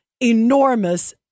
enormous